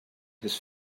his